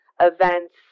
events